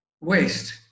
waste